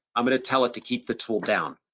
i'm gonna tell it to keep the tool down.